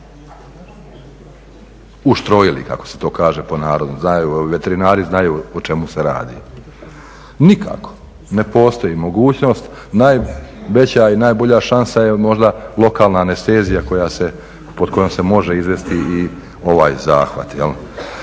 Uštrojili kako se to kaže po narodnom. Veterinari znaju o čemu se radi. Nikako! Ne postoji mogućnost. Najveća i najbolja šansa je možda lokalna anestezija pod kojom se može izvesti i ovaj zahvat.